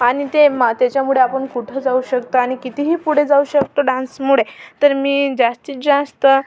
आणि ते मा त्याच्यामुळे आपण कुठं जाऊ शकतो आणि कितीही पुढे जाऊ शकतो डान्समुळे तर मी जास्तीत जास्त